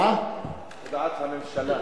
מה עם הודעת הממשלה?